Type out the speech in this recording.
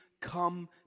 come